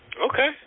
Okay